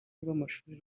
rw’amashuri